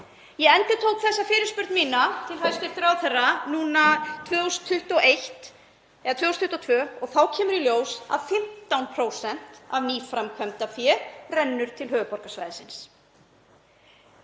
Ég endurtók þessa fyrirspurn mína til hæstv. ráðherra 2022 og þá kemur í ljós að 15% af nýframkvæmdafé rennur til höfuðborgarsvæðisins.